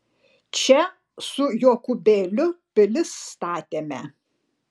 čia su jokūbėliu pilis statėme